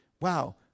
wow